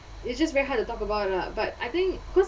it's just very hard to talk about lah but I think cause